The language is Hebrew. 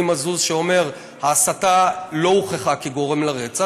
מזוז שאומר: ההסתה לא הוכחה כגורם לרצח.